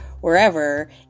wherever